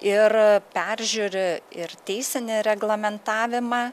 ir peržiūri ir teisinį reglamentavimą